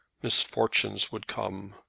misfortunes would come.